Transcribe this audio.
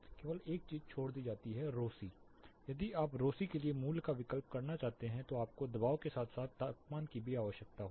केवल एक चीज छोड़ दी जाती है ρC यदि आप ρC के लिए मूल्य का विकल्प चाहते हैं तो आपको दबाव के साथ साथ तापमान की भी आवश्यकता होगी